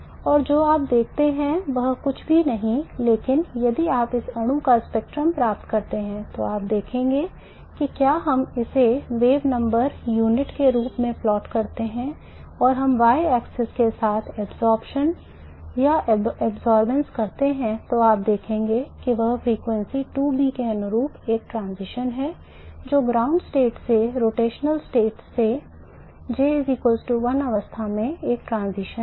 और जो आप देखते हैं वह कुछ भी नहीं है लेकिन यदि आप इस अणु का स्पेक्ट्रम प्राप्त करते हैं तो आप देखेंगे कि क्या हम इसे wave number इकाई के रूप में प्लॉट करते हैं और हम y अक्ष के साथ absorption या absorbance करते हैं जो आप देखेंगे वह फ्रीक्वेंसी 2B के अनुरूप एक transition है जो ग्राउंड स्टेट से rotational state से J 1 अवस्था में एक transition है